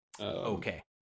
Okay